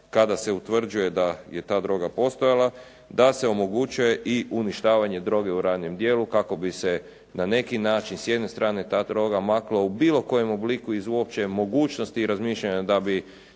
kada se utvrđuje da je ta droga postojala, da se omogućuje i uništavanje droge u ranijem dijelu kako bi se na neki način, s jedne strane ta droga maknula u bilo kojem obliku iz uopće mogućnosti i razmišljanja da bi